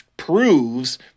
proves